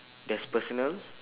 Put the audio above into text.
there's personal